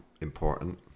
important